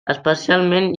especialment